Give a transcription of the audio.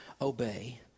obey